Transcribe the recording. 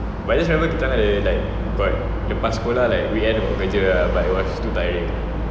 but just never tukar day like got lepas sekolah like weekend nak buat kerja ah but it was too tiring